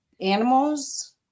animals